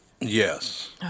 Yes